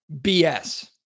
BS